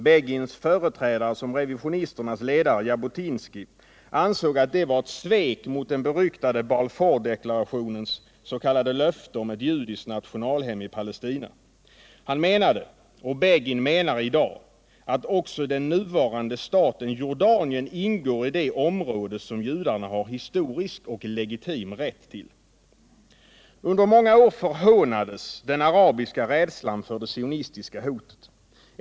Begins företrädare som revisionisternas ledare, Jabotinsky, ansåg att det var ett svek mot den beryktade Balfourdeklarationens s.k. löfte om ett judiskt nationalhem i Palestina. Han menade, och Begin menar i dag, att också den nuvarande staten Jordanien ingår i det område som judarna har historisk och legitim rätt till. Under många år förhånades den arabiska rädslan för det sionistiska hotet.